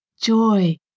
joy